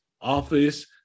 office